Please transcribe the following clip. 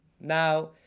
Now